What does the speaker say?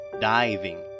diving